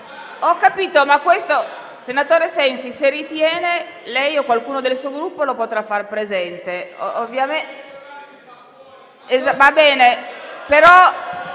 Ho capito, ma questo, senatore Sensi, se ritiene, lei o qualcuno del suo Gruppo lo potrà far presente. *(Commenti)*. Va bene, però